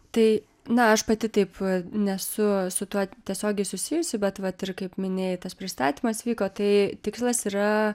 tai na aš pati taip nesu su tuo tiesiogiai susijusi bet vat ir kaip minėjai tas pristatymas vyko tai tikslas yra